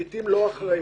לעיתים גם לא אחראים,